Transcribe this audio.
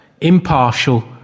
impartial